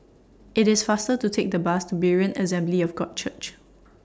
IT IS faster to Take The Bus to Berean Assembly of God Church